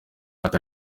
ati